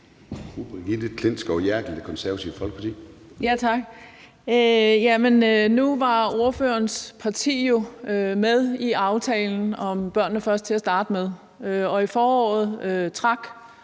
Nu var ordførerens parti jo med i aftalen »Børnene Først« til at starte med. I foråret trak